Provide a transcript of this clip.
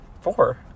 Four